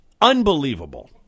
Unbelievable